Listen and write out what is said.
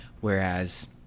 whereas